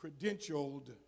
credentialed